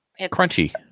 crunchy